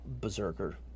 berserker